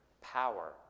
power